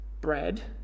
bread